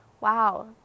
Wow